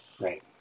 right